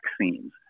vaccines